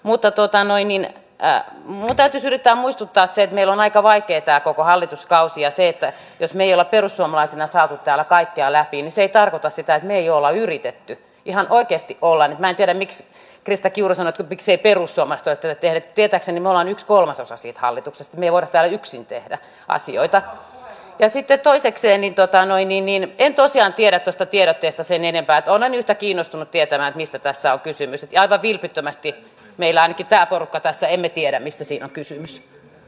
mutta totanoin niin tää mun täytyy selittää muistuttaa seinillä on aito vai tietää koko hallituskausiaseita jos vielä perussuomalaisina saatu täällä kaikkea läpi se ei tarkoita sitä ei ole yritetty ihan oikeesti olla mä tiedä miksi krista kiuru sanat opiksi perustamasta teperi tietääkseni nolla yksi kolmasosa siitä hallituksesta mielletään yksin tehdä asioita käsite toisekseen into taannoin niin niin en tosiaan tiedä tästä tiedotteesta sen enempää toinen yhtä kiinnostunut tietämään mistä tässä on kysymys ja vilpittömästi millään pitää korkotasoa emme tiedä mistä siinä kysymys